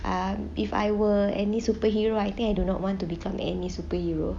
um if I were any superhero I think I do not want to become any superhero